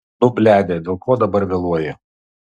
nu bledė dėl ko dabar vėluoji